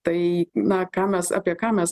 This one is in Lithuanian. tai na ką mes apie ką mes